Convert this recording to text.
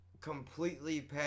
completely